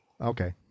Okay